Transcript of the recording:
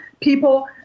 people